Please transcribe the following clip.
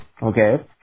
Okay